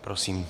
Prosím.